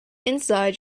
inside